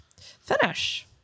finish